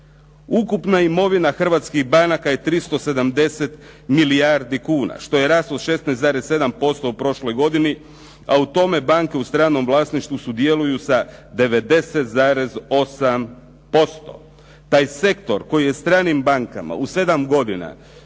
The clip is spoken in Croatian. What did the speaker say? Ukupna imovina hrvatskih banaka je 370 milijardi kuna, što je rast od 16,7% u prošloj godini, a u tome banke u stranom vlasništvu sudjeluju sa 90,8%. Taj sektor koji je stranim bankama u 7 godina